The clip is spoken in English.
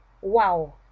Wow